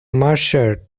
mercer